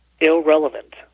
irrelevant